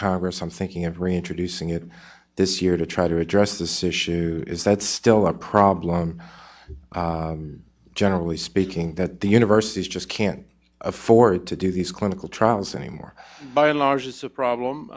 congress i'm thinking of reintroducing it this year to try to address this issue is that still a problem generally speaking that the universities just can't afford to do these clinical trials anymore by and large it's a problem